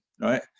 right